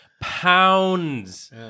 pounds